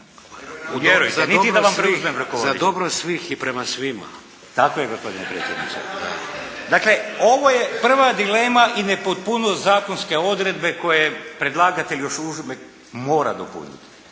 Dragutin (HNS)** Tako je gospodine predsjedniče. Dakle, ovo je prva dilema i nepotpuno zakonske odredbe koje predlagatelj još uvijek mora dopuniti.